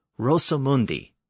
Rosamundi